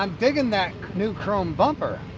um digging that new chrome bumper,